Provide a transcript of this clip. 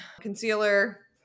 concealer